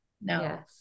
No